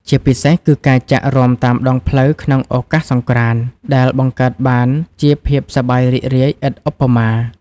ជាពិសេសគឺការចាក់រាំតាមដងផ្លូវក្នុងឱកាសសង្ក្រាន្តដែលបង្កើតបានជាភាពសប្បាយរីករាយឥតឧបមា។